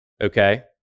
okay